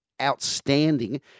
outstanding